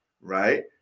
right